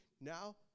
Now